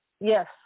Yes